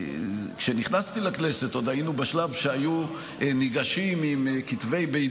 כשנכנסתי לכנסת עוד היינו בשלב שהיו ניגשים עם כתבי בית